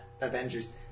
Avengers